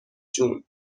جون